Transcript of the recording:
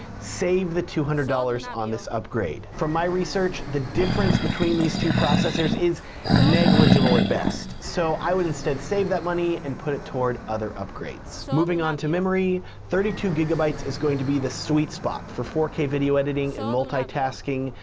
save the two hundred dollars on this upgrade. from my research, the difference between these two processors is negligible at best. so i would instead save that money and put it toward other upgrades. moving onto memory, thirty two gigabytes is going to be the sweet spot for four k video editing and multitasking,